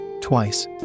Twice